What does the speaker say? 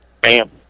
bam